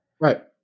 Right